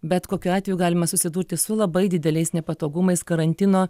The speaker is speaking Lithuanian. bet kokiu atveju galima susidurti su labai dideliais nepatogumais karantino